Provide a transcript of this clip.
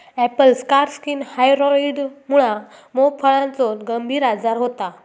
Apple scar skin व्हायरॉइडमुळा pome फळाचो गंभीर आजार होता